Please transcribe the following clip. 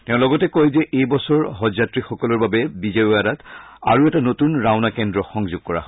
তেওঁ লগতে কয় যে এই বছৰ হজ যাত্ৰীসকলৰ বাবে বিজয়বাৰাত আৰু এটা নতুন ৰাওনা কেন্দ্ৰ সংযোগ কৰা হৈছে